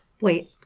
Wait